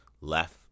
left